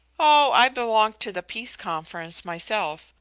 oh i belonged to the peace conference myself,